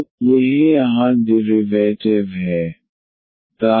तो यह यहाँ डिरिवैटिव है dIdx